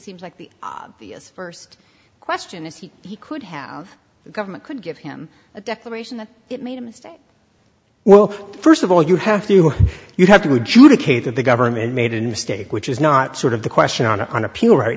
seems like the obvious first question is he he could have the government could give him a declaration that it made a mistake well first of all you have to you have to do to kate that the government made a mistake which is not sort of the question on appeal right